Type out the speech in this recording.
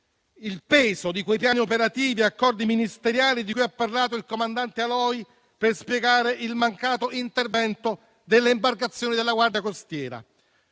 il peso di quei piani operativi e accordi ministeriali di cui ha parlato il comandante Aloi per spiegare il mancato intervento delle imbarcazioni della Guardia costiera,